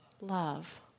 Love